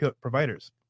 providers